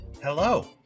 Hello